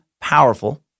powerful